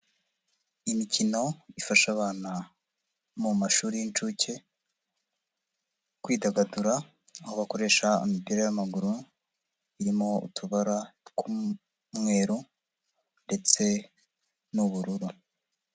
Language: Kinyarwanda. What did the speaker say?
Imikino ifasha abana mu mashuri y'incuke kwidagadura aho bakoresha imipira y'amaguru irimo utubara tw'umweru ndetse n'ubururu.